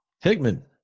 Hickman